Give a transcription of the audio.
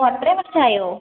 ഓ അത്രയും വർഷം ആയോ